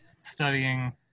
studying